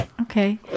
Okay